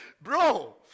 Bro